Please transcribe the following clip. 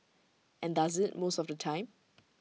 and does IT most of the time